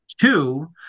two